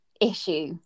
issue